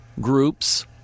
groups